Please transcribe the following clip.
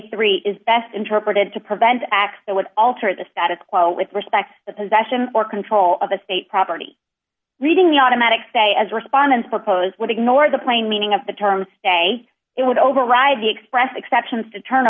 three is best interpreted to prevent acts that would alter the status quo with respect to the possession or control of the state property reading the automatic stay as respondents proposed would ignore the plain meaning of the terms say it would override the express exceptions to turn